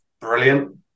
brilliant